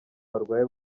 barwaye